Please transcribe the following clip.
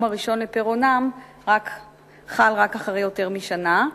הראשון לפירעונן חל רק אחרי יותר משנה,